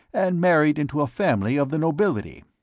and married into a family of the nobility.